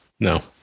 No